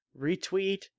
retweet